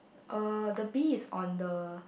uh the bee is on the